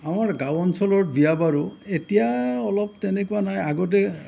আমাৰ গাঁও অঞ্চলৰ বিয়া বাৰু এতিয়া অলপ তেনেকুৱা নাই আগতে